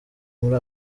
muri